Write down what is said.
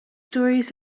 stories